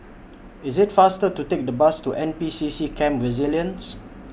IT IS faster to Take The Bus to N P C C Camp Resilience